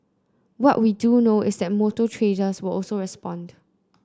what we do know is that motor traders will also respond